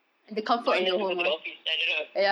pointless to go to the office I don't know